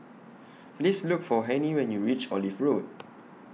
Please Look For Hennie when YOU REACH Olive Road